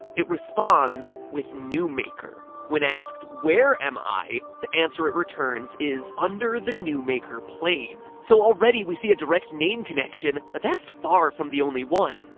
it responds with newmaker. when asked where am i? the answer it returns is under the newmaker plane. so, already we see a direct name connection, but that's far from the only one.